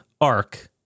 arc